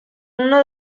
uno